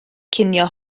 cinio